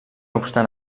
obstant